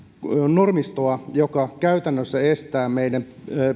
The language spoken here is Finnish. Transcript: normistoa joka käytännössä estää meidän